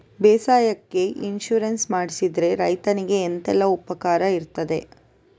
ಬೇಸಾಯಕ್ಕೆ ಇನ್ಸೂರೆನ್ಸ್ ಮಾಡಿದ್ರೆ ರೈತನಿಗೆ ಎಂತೆಲ್ಲ ಉಪಕಾರ ಇರ್ತದೆ?